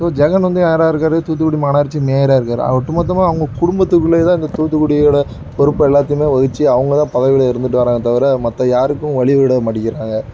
so Jagan வந்து மேயராருக்கார் தூத்துக்குடி மாநகராட்சி மேயராருக்கார் அவர் ஒட்டுமொத்தமாக அவங்க குடும்பத்துக்குள்ளேதான் இந்த தூத்துக்குடியோடய பொறுப்பெல்லாத்தையுமே வகித்து அவங்கத்தான் பதவியில் இருந்துகிட்டுவராங்களே தவிர மற்ற யாருக்கும் வழிவிட மாட்டிக்கிறாங்க